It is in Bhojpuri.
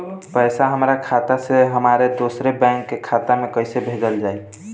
पैसा हमरा खाता से हमारे दोसर बैंक के खाता मे कैसे भेजल जायी?